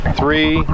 three